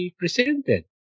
presented